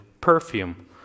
perfume